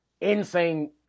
insane